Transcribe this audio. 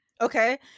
Okay